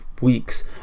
weeks